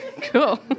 cool